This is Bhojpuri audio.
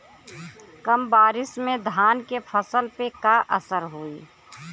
कम बारिश में धान के फसल पे का असर होई?